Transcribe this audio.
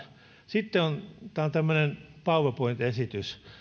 sitten tämä on tämmöinen powerpoint esitys